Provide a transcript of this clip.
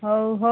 ହଉ ହଉ